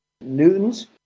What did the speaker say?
Newton's